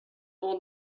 old